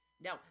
Now